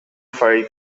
furry